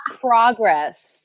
progress